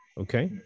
okay